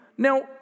Now